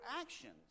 actions